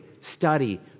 study